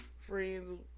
friends